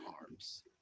arms